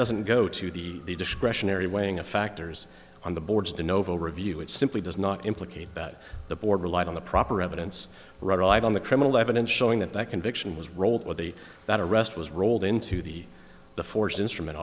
doesn't go to the discretionary weighing of factors on the boards de novo review it simply does not implicate that the board relied on the proper evidence rather live on the criminal evidence showing that that conviction was rolled or the that arrest was rolled into the the force instrument